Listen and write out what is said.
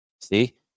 See